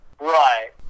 Right